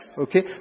Okay